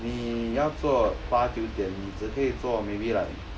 你要做八九点你只可以做 maybe like